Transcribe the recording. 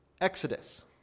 exodus